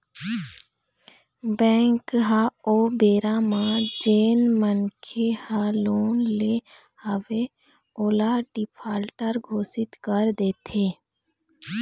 bank ह ओ बेरा म जेन मनखे ह लोन ले हवय ओला डिफाल्टर घोसित कर देथे